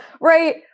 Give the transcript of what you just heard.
right